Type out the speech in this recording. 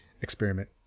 experiment